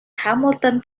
hamilton